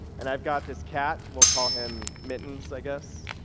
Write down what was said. and i've got this cat, we'll call him mittens, i guess.